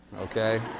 okay